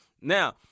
Now